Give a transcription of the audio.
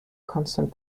constant